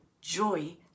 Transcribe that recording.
joy